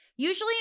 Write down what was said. Usually